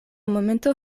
momento